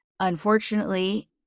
Unfortunately